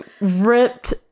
Ripped